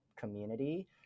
community